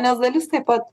nes dalis taip pat